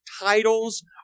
titles